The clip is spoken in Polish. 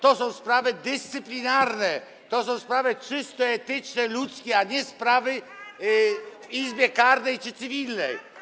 To są sprawy dyscyplinarne, to są sprawy czyste, etyczne, ludzkie, a nie sprawy w izbie karnej czy cywilnej.